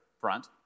front